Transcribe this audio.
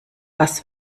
was